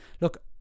look